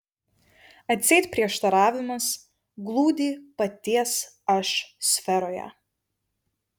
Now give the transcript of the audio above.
atseit prieštaravimas glūdi paties aš sferoje